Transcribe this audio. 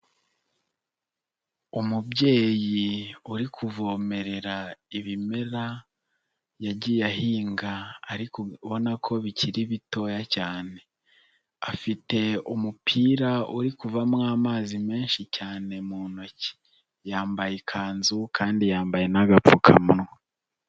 Umubyeyi uri kuvomerera ibimera, yagiye ahinga ariko ubona ko bikiri bitoya cyane. Afite umupira uri kuvamo amazi menshi cyane mu ntoki. Yambaye ikanzu kandi yambaye n'agapfukamunwa.